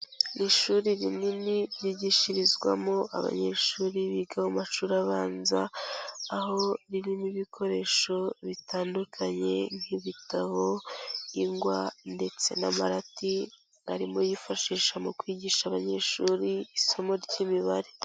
Iri ishuri rinini ryigishirizwamo abanyeshuri biga mu mashuri abanza, aho ririmo ibikoresho bitandukanye nk'ibitabo, ingwa ndetse n'amarati arimo yifashisha mu kwigisha abanyeshuri isomo ry'imibare.